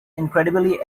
incredibly